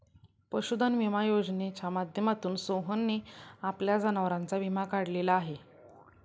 पशुधन विमा योजनेच्या माध्यमातून सोहनने आपल्या जनावरांचा विमा काढलेला आहे